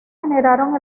generaron